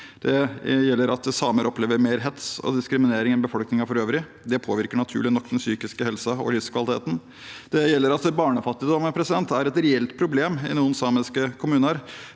samer opplever mer hets og diskriminering enn befolkningen for øvrig. Det påvirker naturlig nok den psykiske helsen og livskvaliteten. Det gjelder at barnefattigdom er et reelt problem i noen samiske kommuner.